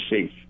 safe